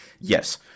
Yes